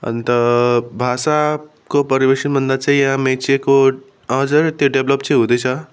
अन्त भाषाको परिवेशभन्दा चाहिँ यहाँ मेचेको अजर त्यो डेभलोप चाहिँ हुँदैछ